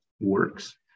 works